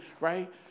right